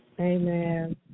Amen